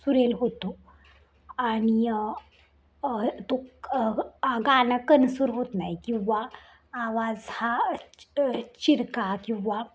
सुरेल होतो आणि तो गाणं कणसूर होत नाही किंवा आवाज हा चिरका किंवा